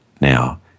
now